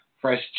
Fresh